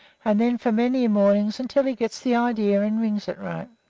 and then for many mornings until he gets the idea and rings it right.